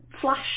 Flash